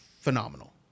phenomenal